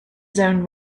zoned